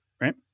right